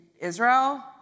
Israel